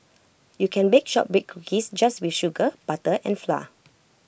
you can bake Shortbread Cookies just with sugar butter and flour